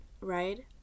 right